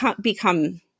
become